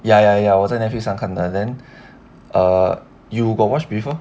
ya ya ya 我在 netflix 上看到 then err you got watch before